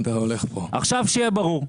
עכשיו שיהיה ברור,